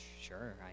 sure